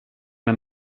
med